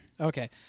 Okay